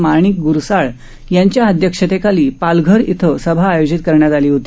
माणिक ग्रसाळ यांच्या अध्यक्षतेखाली पालघर इथं सभा आयोजित करण्यात आली होती